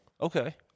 Okay